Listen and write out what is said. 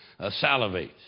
salivates